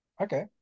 Okay